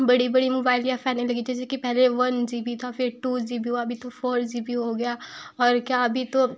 बड़ी बड़ी मोबाइल यहाँ पर आने लगी जैसे कि पहले वन जी बी था फिर टू जी बी हुआ अभी तो फोर जी बी हो गया और क्या अभी तो